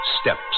steps